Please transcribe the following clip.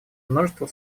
множество